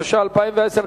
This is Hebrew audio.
התש"ע 2010,